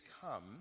come